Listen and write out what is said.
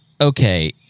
okay